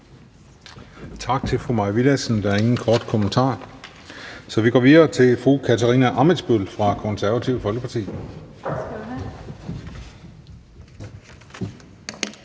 Tak til fru Mai Villadsen. Der er ingen korte bemærkninger, så vi går videre til fru Katarina Ammitzbøll fra Det Konservative Folkeparti.